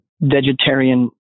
vegetarian